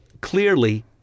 clearly